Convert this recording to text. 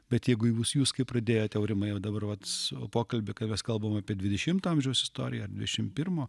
bet jeigu jūs jūs kaip pradėjote aurimai o dabar vats pokalbį kai mes kalbam apie dvidešimto amžiaus istoriją ar dvidešimt pirmo